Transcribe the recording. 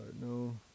no